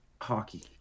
hockey